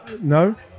No